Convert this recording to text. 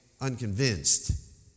unconvinced